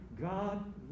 God